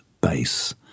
base